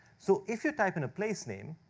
so, if you type in a place name,